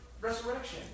resurrection